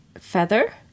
feather